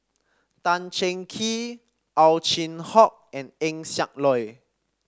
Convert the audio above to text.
Tan Cheng Kee Ow Chin Hock and Eng Siak Loy